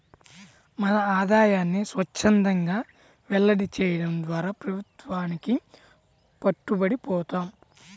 మన ఆదాయాన్ని స్వఛ్చందంగా వెల్లడి చేయడం ద్వారా ప్రభుత్వానికి పట్టుబడి పోతాం